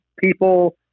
people